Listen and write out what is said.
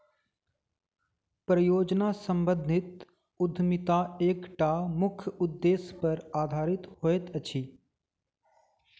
परियोजना सम्बंधित उद्यमिता एकटा मुख्य उदेश्य पर आधारित होइत अछि